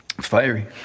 Fiery